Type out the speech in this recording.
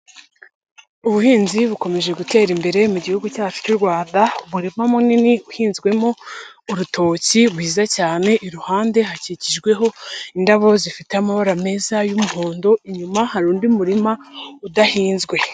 Ubuhinzi bukomeje gutera imbere mu gihugu cyacu cy'u Rwanda, umurima munini uhinzwemo urutoki rwiza cyane, iruhande hakikijweho indabo zifite amabara meza y'umuhondo, inyuma hari undi murima udahinzwe.